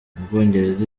bwongereza